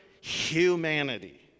humanity